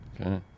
Okay